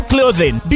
Clothing